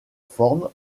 forme